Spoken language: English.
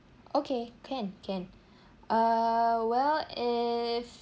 okay can can uh well if